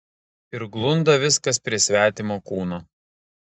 ir glunda viskas prie svetimo kūno